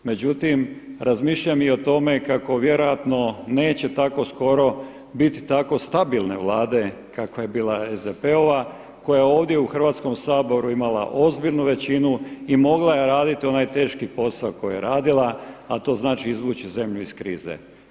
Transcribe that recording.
Međutim, razmišljam i o tome kako vjerojatno neće tako skoro biti tako stabilne Vlade kakva je bila SDP-ova koja je ovdje u Hrvatskom saboru imala ozbiljnu većinu i mogla je raditi onaj teški posao koji je radila, a to znači izvući zemlju iz krize.